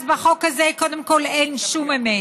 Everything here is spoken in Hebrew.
אז בחוק הזה קודם כול אין שום אמת,